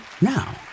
now